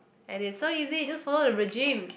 and it's so easy just follow the regime